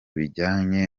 bijyanye